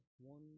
one